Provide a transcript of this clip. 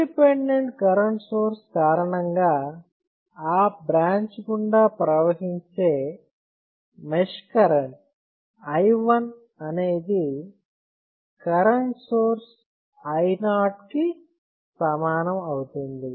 dependent current source కారణంగా ఆ branch గుండా ప్రవహించే మెష్ కరెంట్ i1 అనేది కరెంట్ సోర్స్ i0 కి సమానం అవుతుంది